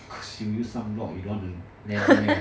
cause you use sunblock you don't want to lend me right